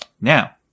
Now